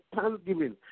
thanksgiving